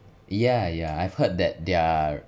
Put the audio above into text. yeah yeah I've heard that their